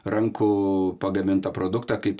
rankų pagamintą produktą kaip